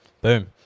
boom